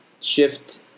Shift